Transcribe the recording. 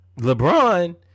LeBron